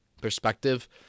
perspective